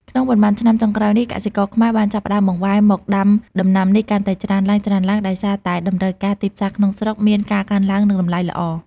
ក្នុងប៉ុន្មានឆ្នាំចុងក្រោយនេះ កសិករខ្មែរបានចាប់ផ្ដើមបង្វែរមកដាំដំណាំនេះកាន់តែច្រើនឡើងៗ ដោយសារតែតម្រូវការទីផ្សារក្នុងស្រុកមានការកើនឡើង និងតម្លៃល្អ។